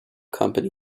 company